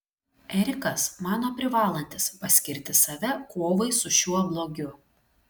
erikas mano privalantis paskirti save kovai su šiuo blogiu